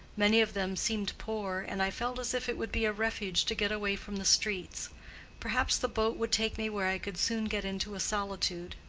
many of them seemed poor, and i felt as if it would be a refuge to get away from the streets perhaps the boat would take me where i could soon get into a solitude.